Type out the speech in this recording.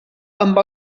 amb